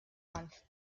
month